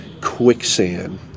quicksand